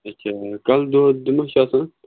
اَچھا کَلہٕ دود تہِ مَہ چھِ آسان